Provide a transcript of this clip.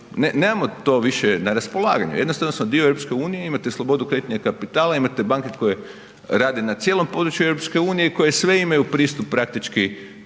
Nemamo to više na raspolaganju. Jednostavno smo dio Europske unije i imate slobodu kretanja kapitala, imate banke koje rade na cijelom području Europske unije i koje sve imaju pristup praktički